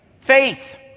Faith